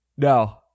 No